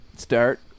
Start